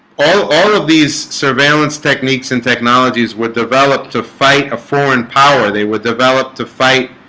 all all of these surveillance techniques and technologies were developed to fight a foreign power they were developed to fight